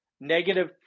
negative